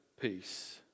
peace